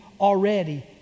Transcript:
already